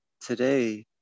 today